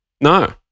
No